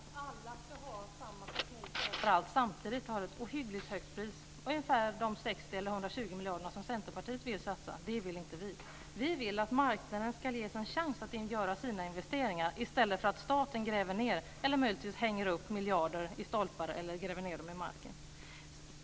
Herr talman! Alla ska ha samma möjligheter. Samtidigt har det ett ohyggligt högt pris, de 6-120 miljarder som Centerpartiet vill satsa. Det vill inte vi. Vi vill att marknaden ska ges en chans att göra sina investeringar i stället för att staten ska hänga upp miljarder i stolpar eller möjligtvis gräva ned dem i marken.